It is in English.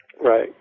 Right